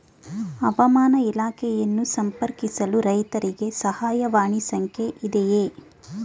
ಹವಾಮಾನ ಇಲಾಖೆಯನ್ನು ಸಂಪರ್ಕಿಸಲು ರೈತರಿಗೆ ಸಹಾಯವಾಣಿ ಸಂಖ್ಯೆ ಇದೆಯೇ?